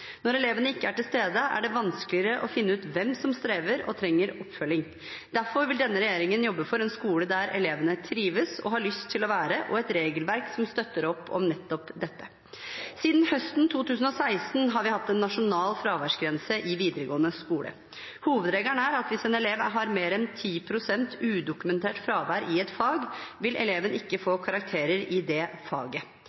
Når elevene ikke er til stede, er det vanskeligere å finne ut hvem som strever og trenger oppfølging. Derfor vil denne regjeringen jobbe for en skole der elevene trives og har lyst til å være, og et regelverk som støtter opp om nettopp dette. Siden høsten 2016 har vi hatt en nasjonal fraværsgrense i videregående skole. Hovedregelen er at hvis en elev har mer enn 10 pst. udokumentert fravær i et fag, vil eleven ikke få